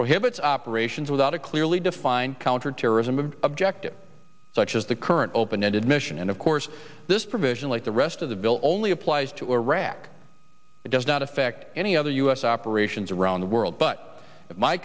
prohibits operations without a clearly defined counterterrorism objective such as the current open ended mission and of course this provision like the rest of the bill only applies to iraq does not affect any other u s operations around the world but my